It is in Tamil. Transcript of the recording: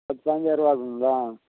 பத்து பாஞ்சாயிரம் ருபா ஆகுங்களா